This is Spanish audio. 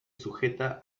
sujeta